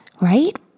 Right